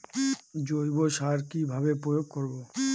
জৈব সার কি ভাবে প্রয়োগ করব?